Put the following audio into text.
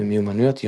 ומיומנויות יום-יום.